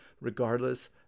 regardless